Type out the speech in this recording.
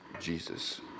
Jesus